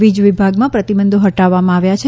વીજ વિભાગમાં પ્રતિબંધો હટાવવામાં આવ્યા છે